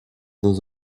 dans